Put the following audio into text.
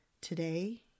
Today